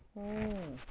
ਹੋ